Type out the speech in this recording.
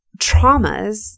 traumas